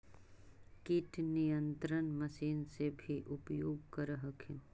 किट नियन्त्रण मशिन से भी उपयोग कर हखिन?